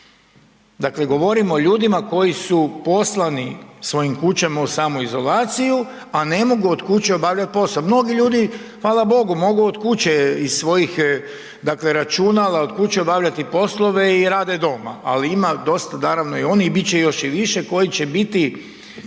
Dakle, govorim o ljudima koji su poslani svojim kućama u samoizolaciju a ne mogu od kuće obavljati posao. Mnogi ljudi hvala Bogu mogu od kuće iz svojih računala od kuće obavljati poslove i rade doma. Ali ima dosta naravno i onih i bit će još i više koji će biti